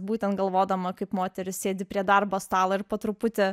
būtent galvodama kaip moteris sėdi prie darbo stalo ir po truputį